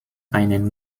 einen